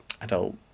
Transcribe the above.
adult